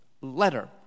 letter